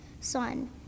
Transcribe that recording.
son